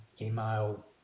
email